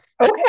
Okay